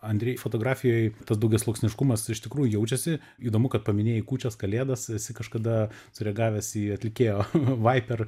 andrej fotografijoj tas daugiasluoksniškumas iš tikrųjų jaučiasi įdomu kad paminėjai kūčias kalėdas esi kažkada sureagavęs į atlikėjo vaiper